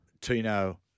Tino